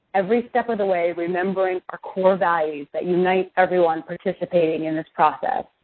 every step of the way, remembering our core values that unite everyone participating in this process.